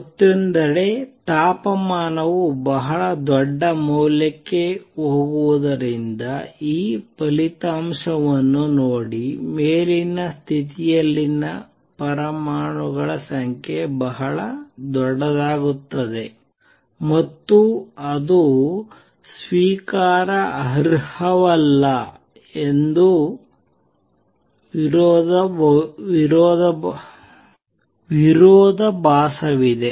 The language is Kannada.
ಮತ್ತೊಂದೆಡೆ ತಾಪಮಾನವು ಬಹಳ ದೊಡ್ಡ ಮೌಲ್ಯಕ್ಕೆ ಹೋಗುವುದರಿಂದ ಈ ಫಲಿತಾಂಶವನ್ನು ನೋಡಿ ಮೇಲಿನ ಸ್ಥಿತಿಯಲ್ಲಿನ ಪರಮಾಣುಗಳ ಸಂಖ್ಯೆ ಬಹಳ ದೊಡ್ಡದಾಗುತ್ತದೆ ಮತ್ತು ಅದು ಸ್ವೀಕಾರಾರ್ಹವಲ್ಲ ಒಂದು ವಿರೋಧಾಭಾಸವಿದೆ